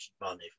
money